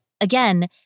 again